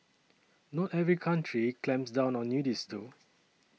not every country clamps down on nudists though